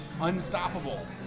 unstoppable